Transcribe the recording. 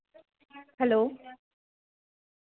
hello